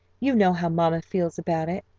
you know how mamma feels about it.